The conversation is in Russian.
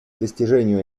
достижению